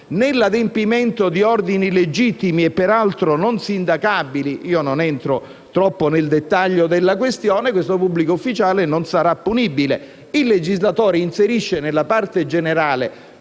nell'adempimento di ordini legittimi e peraltro non sindacabili (non entro troppo nel dettaglio della questione), questo pubblico ufficiale non sarà punibile. Il legislatore inserisce nella parte generale